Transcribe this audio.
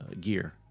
gear